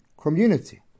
community